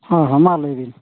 ᱦᱮᱸ ᱦᱮᱸ ᱢᱟ ᱞᱟᱹᱭᱵᱤᱱ